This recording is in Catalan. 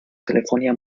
telefonia